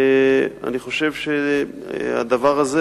אני חושב שהדבר הזה,